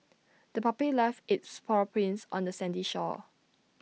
the puppy left its paw prints on the sandy shore